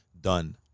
Done